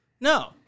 No